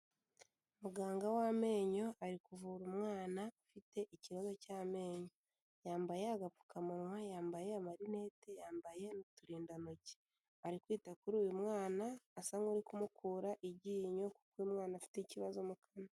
Muganga w'amenyo ari kuvura umwana ufite ikibazo cy'amenyo, yambaye agapfukamunwa, yambaye amarinete, yambaye n'uturindantoki, ari kwita kuri uyu mwana asa nk'uri kumukura iryinyo kuko uyu umwana afite ikibazo mu kanwa.